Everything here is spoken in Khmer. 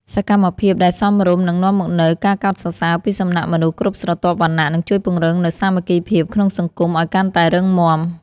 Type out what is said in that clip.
សកម្មភាពដែលសមរម្យនឹងនាំមកនូវការកោតសរសើរពីសំណាក់មនុស្សគ្រប់ស្រទាប់វណ្ណៈនិងជួយពង្រឹងនូវសាមគ្គីភាពក្នុងសង្គមឱ្យកាន់តែរឹងមាំ។